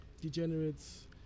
Degenerates